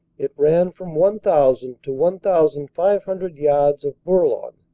it ran from one thousand to one thousand five hundred yards of bourlon.